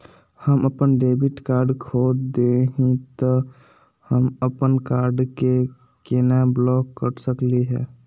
हम अपन debit card खो दे ही, त हम अप्पन कार्ड के केना ब्लॉक कर सकली हे?